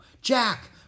Jack